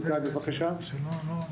וכהנה.